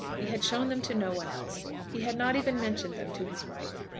he had shown them to no one else. he had not even mentioned them to his wife.